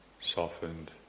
softened